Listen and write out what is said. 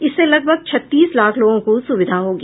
इससे लगभग छत्तीस लाख लोगों को सुविधा होगी